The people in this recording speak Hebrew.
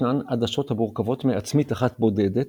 ישנן עדשות המורכבות מעצמית אחת בודדת